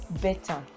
better